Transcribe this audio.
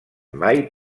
mai